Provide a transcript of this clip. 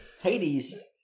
Hades